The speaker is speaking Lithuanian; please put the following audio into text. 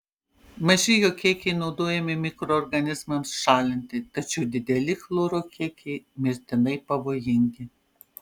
maži jo kiekiai naudojami mikroorganizmams šalinti tačiau dideli chloro kiekiai mirtinai pavojingi